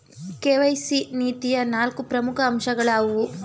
KYC ನೀತಿಯ ನಾಲ್ಕು ಪ್ರಮುಖ ಅಂಶಗಳು ಯಾವುವು?